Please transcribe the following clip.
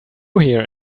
here